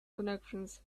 connections